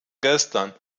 gestern